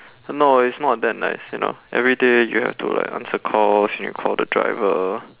no it's not that nice you know everyday you have to like answer calls and you call the driver